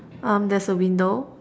um there's a window